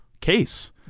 case